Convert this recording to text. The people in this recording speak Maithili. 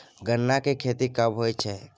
गन्ना की खेती कब होय छै?